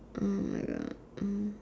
!oh-my-God! mm